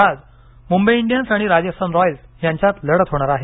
आज मुंबई इन्डियन्स आणि राजस्थान रॉयल्स यांच्यात लढत होणार आहे